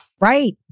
right